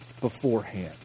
beforehand